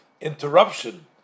interruption